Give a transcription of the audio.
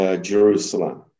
Jerusalem